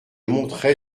monterai